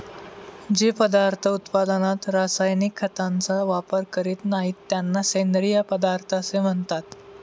जे पदार्थ उत्पादनात रासायनिक खतांचा वापर करीत नाहीत, त्यांना सेंद्रिय पदार्थ असे म्हणतात